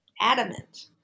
Adamant